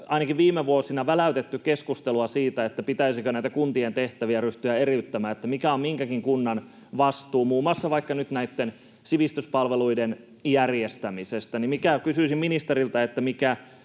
ainakin viime vuosina väläytetty keskustelua siitä, pitäisikö kuntien tehtäviä ryhtyä eriyttämään, mikä on minkäkin kunnan vastuu muun muassa vaikka nyt näitten sivistyspalveluiden järjestämisestä. Kysyisin ministeriltä: Mikä